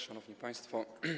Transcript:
Szanowni Państwo!